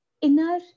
inner